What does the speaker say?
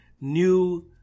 New